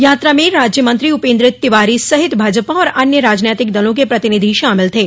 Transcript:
यात्रा में राज्य मंत्री उपेन्द्र तिवारी सहित भाजपा और अन्य राजनैतिक दलों के प्रतिनिधि शामिल थे